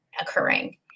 occurring